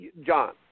John